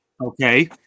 okay